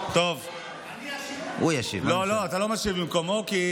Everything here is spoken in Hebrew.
אני אשיב במקומו.